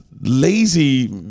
lazy